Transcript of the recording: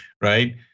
right